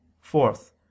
Fourth